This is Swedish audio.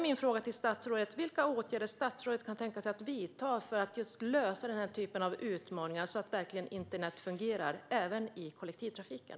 Min fråga är: Vilka åtgärder kan statsrådet tänka sig att vidta för att komma till rätta med denna typ av utmaningar, så att internet verkligen fungerar även i kollektivtrafiken?